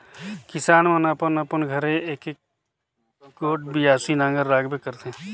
किसान मन अपन अपन घरे एकक गोट बियासी नांगर राखबे करथे